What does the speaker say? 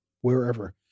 wherever